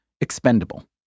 expendable